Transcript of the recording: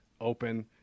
open